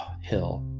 hill